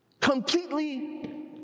completely